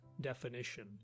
definition